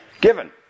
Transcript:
given